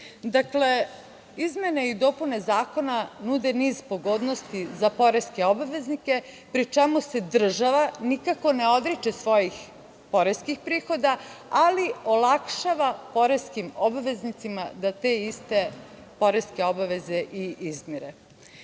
uprava. Dakle, izmene i dopune zakona nude niz pogodnosti za poreske obveznike, pri čemu se država nikako ne odriče svojih poreskih prihoda, ali olakšava poreskim obveznicima da te iste poreske obaveze i izmire. Kada